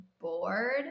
bored